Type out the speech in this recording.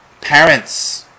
parents